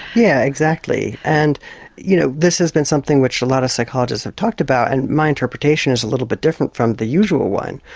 yeah exactly. and you know this has been something which a lot of psychologists have talked about, and my interpretation is a little bit different from the usual one.